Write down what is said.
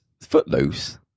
Footloose